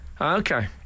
Okay